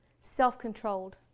Self-controlled